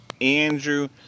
Andrew